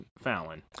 Fallon